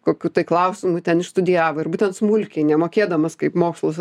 kokių tai klausimų ten išstudijavo ir būtent smulkiai nemokėdamas kaip mokslus